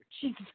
Jesus